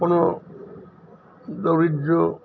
কোনো দৰিদ্ৰ